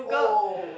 oh